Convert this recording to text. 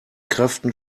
kräften